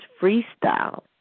freestyle